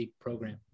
program